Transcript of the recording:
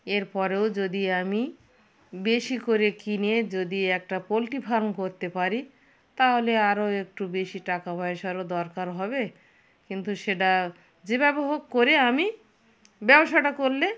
এর পরেও যদি আমি বেশি করে কিনে যদি একটা পোলট্রি ফার্ম করতে পারি তাহলে আরও একটু বেশি টাকা পয়সারও দরকার হবে কিন্তু সেটা যেভাবে হোক করে আমি ব্যবসাটা করলে